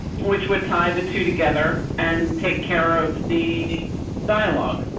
which would tie the two together and take care of the dialogue.